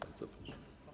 Bardzo proszę.